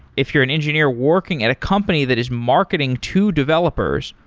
if you're an engineer working at a company that is marketing to developers,